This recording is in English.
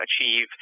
achieve